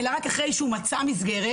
אלא רק אחרי שהוא מצא מסגרת,